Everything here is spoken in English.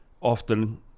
often